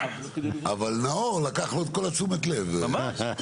אני מקווה שהיא תישאר, אבל שתטופל אחרת ממה שהיה.